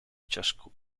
ciascuna